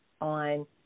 on